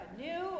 new